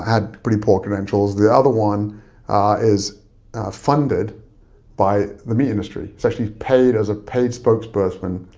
had pretty poor credentials, the other one is funded by the meat industry. he's actually paid, as a paid spokesperson,